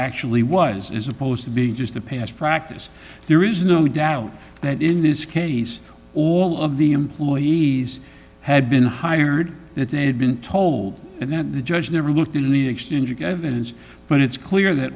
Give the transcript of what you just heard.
actually was is supposed to be just the past practice there is no doubt that in this case all of the employees had been hired that they had been told and that the judge never looked at but it's clear that